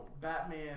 Batman